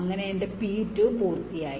അങ്ങനെ എന്റെ P2 പൂർത്തിയായി